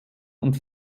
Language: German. und